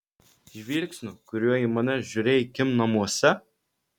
žvilgsniu kuriuo į mane žiūrėjai kim namuose